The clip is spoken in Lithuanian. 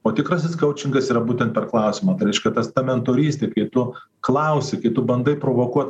o tikrasis kaučingas yra būtent per klausimą tai reiškia tas ta mentorystė kai tu klausi kai tu bandai provokuot